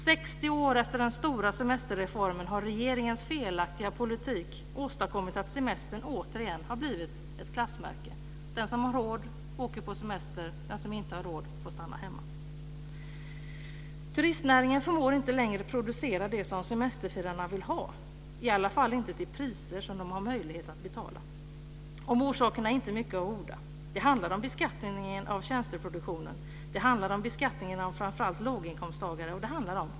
60 år efter den stora semesterreformen har regeringens felaktiga politik åstadkommit att semestern återigen blivit ett klassmärke. Den som har råd åker på semester och den som inte har råd får stanna hemma. Turistnäringen förmår inte längre producera det som semesterfirarna vill ha, i alla fall inte till priser som de har möjlighet att betala. Om orsakerna är det inte mycket att orda. Det handlar om beskattningen av tjänsteproduktion, om beskattningen av framför allt låginkomsttagare och om konkurrensen.